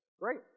Great